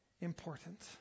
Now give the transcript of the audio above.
important